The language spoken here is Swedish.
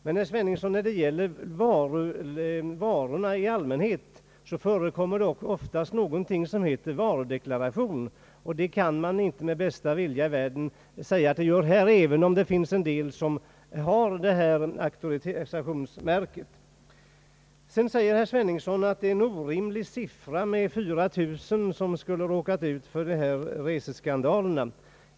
Men, herr Sveningsson, när det gäller varor i allmänhet förekommer oftast någonting som heter varudeklaration, och det kan man med bästa vilja i världen inte säga att det gör i detta avseende även om en del resebyråer har auktorisationsmärke. Herr Sveningsson säger vidare att det är en orimlig siffra att 4 000 personer skulle ha råkat ut för reseskandaler.